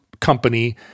Company